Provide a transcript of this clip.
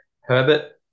Herbert